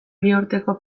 biurteko